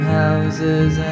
houses